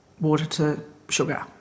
water-to-sugar